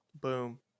Boom